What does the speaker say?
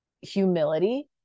humility